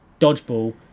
Dodgeball